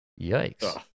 Yikes